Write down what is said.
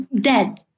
dead